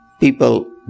People